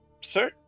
Sir